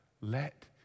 let